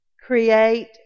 Create